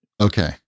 Okay